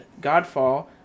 Godfall